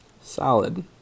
Solid